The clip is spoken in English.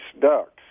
ducks